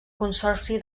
consorci